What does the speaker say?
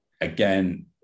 Again